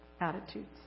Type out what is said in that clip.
attitudes